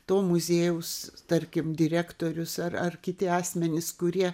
to muziejaus tarkim direktorius arar kiti asmenys kurie